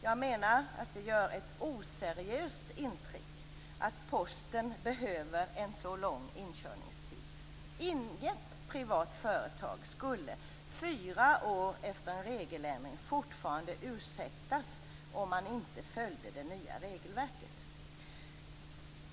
Jag menar att det ger ett oseriöst intryck om Posten behöver så lång inkörningstid. Inget privat företag skulle fyra år efter en regeländring fortfarande ursäktas om det nya regelverket inte följdes.